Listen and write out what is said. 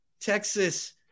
Texas